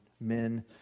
men